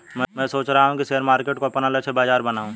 मैं सोच रहा हूँ कि शेयर मार्केट को अपना लक्ष्य बाजार बनाऊँ